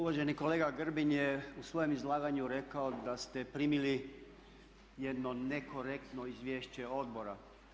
Uvaženi kolega Grbin je u svojem izlaganju rekao da ste primili jedno nekorektno izvješće odbora.